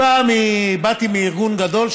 באתי מארגון גדול,